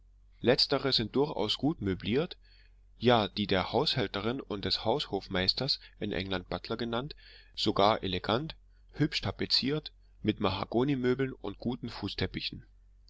letztere sind durchaus gut möbliert ja die der haushälterin und des haushofmeisters in england butler genannt sogar elegant hübsch tapeziert mit mahagonimöbeln und guten